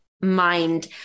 mind